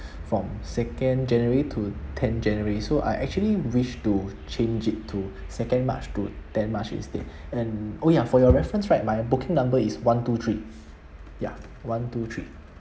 from second january to ten january so I actually wish to change it to second march to ten march instead and oh ya for your reference right my booking number is one two three ya one two three